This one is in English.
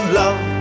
love